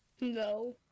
no